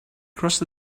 crossed